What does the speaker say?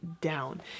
down